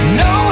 no